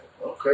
Okay